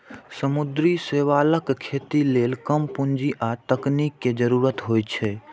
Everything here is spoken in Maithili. समुद्री शैवालक खेती लेल कम पूंजी आ तकनीक के जरूरत होइ छै